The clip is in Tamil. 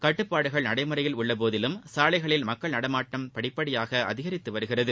கட்டுப்பாடுகள் நடைமுறையில் உள்ளபோதிலும் சாலைகளில் மக்கள் நடமாட்டம் படிப்படியாக அதிகரித்து வருகிறது